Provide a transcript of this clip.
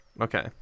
Okay